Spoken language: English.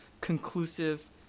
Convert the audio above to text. conclusive